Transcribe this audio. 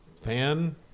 fan